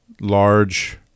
large